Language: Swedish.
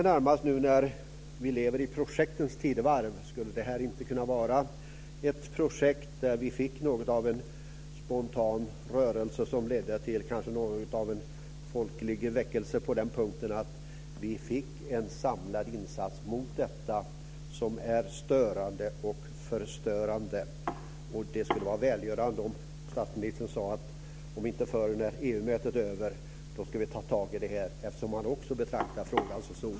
Nu när vi lever i projektens tidevarv blir min fråga: Skulle detta inte kunna vara ett projekt där vi får något av en spontan rörelse som kanske leder till en folklig väckelse och en samlad insats mot det som är störande och förstörande? Det skulle vara välgörande om statsministern sade att vi ska ta tag i det här, om inte förr så när EU mötet är över.